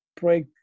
break